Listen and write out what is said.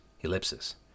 ellipsis